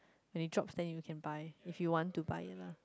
when you drops then you can buy if you want to buy it lah